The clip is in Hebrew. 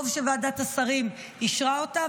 טוב שוועדת השרים אישרה אותה,